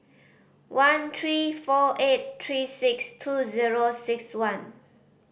one three four eight three six two zero six one